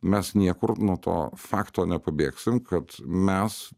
mes niekur nuo to fakto nepabėgsim kad mes